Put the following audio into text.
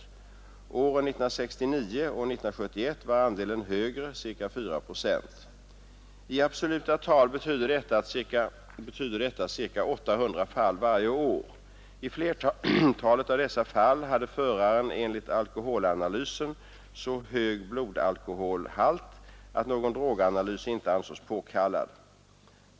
Åren 1969 och 1971 var andelen högre, ca 4 procent. I absoluta tal betyder detta ca 800 fall varje år. I flertalet av dessa fall hade föraren enligt alkoholanalysen så hög blodalkoholhalt att någon droganalys inte ansågs påkallad.